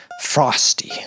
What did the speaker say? frosty